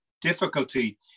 difficulty